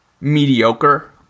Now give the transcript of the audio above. mediocre